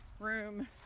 room